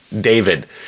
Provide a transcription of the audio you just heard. David